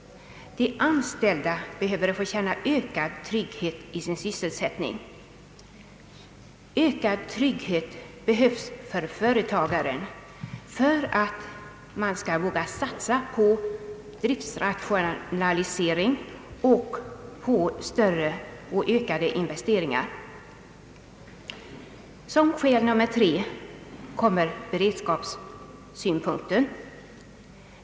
De anställda behöver känna ökad trygghet i sin sysselsättning. Ökad trygghet behövs för företagaren för att han skall våga satsa på driftsrationalisering och på större och ökade investeringar. Som skäl nummer tre kommer beredskapssynpunkten.